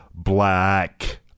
black